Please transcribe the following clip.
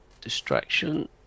distraction